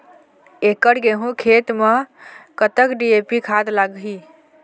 एकड़ गेहूं खेत म कतक डी.ए.पी खाद लाग ही?